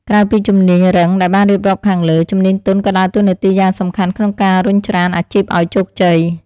ក្រៅពីជំនាញរឹងដែលបានរៀបរាប់ខាងលើ ជំនាញទន់ក៏ដើរតួនាទីយ៉ាងសំខាន់ក្នុងការរុញច្រានអាជីពឱ្យជោគជ័យ។